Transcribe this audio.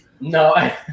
No